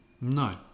no